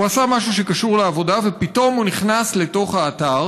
הוא עשה משהו שקשור לעבודה ופתאום הוא נכנס לתוך האתר